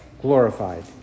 glorified